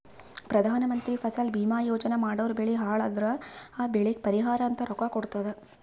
ಪ್ರಧಾನ ಮಂತ್ರಿ ಫಸಲ ಭೀಮಾ ಯೋಜನಾ ಮಾಡುರ್ ಬೆಳಿ ಹಾಳ್ ಅದುರ್ ಆ ಬೆಳಿಗ್ ಪರಿಹಾರ ಅಂತ ರೊಕ್ಕಾ ಕೊಡ್ತುದ್